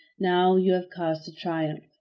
now you have cause to triumph!